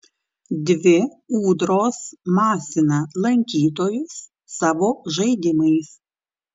dvi ūdros masina lankytojus savo žaidimais